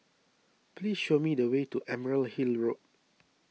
please show me the way to Emerald Hill Road